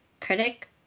critic